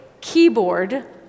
keyboard